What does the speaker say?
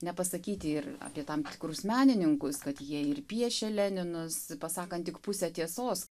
nepasakyti ir apie tam tikrus menininkus kad jie ir piešė leninus pasakant tik pusę tiesos